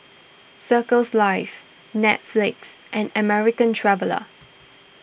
Circles Life Netflix and American Traveller